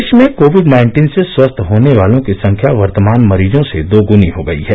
देश में Covid nineteen से स्वस्थ होने वालों की संख्या वर्तमान मरीजों से दोग्नी हो गई है